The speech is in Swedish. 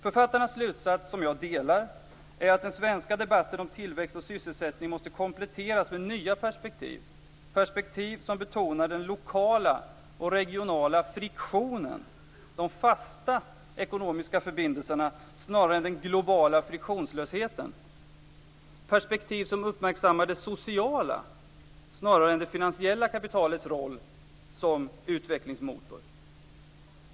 Författarnas slutsats, som jag delar, är att den svenska debatten om tillväxt och sysselsättning måste kompletteras med nya perspektiv; perspektiv som betonar den lokala och regionala friktionen, de fasta ekonomiska förbindelserna, snarare än den globala friktionslösheten; perspektiv som uppmärksammar det sociala snarare än det finansiella kapitalets roll som utvecklingsmotor.